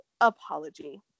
Apology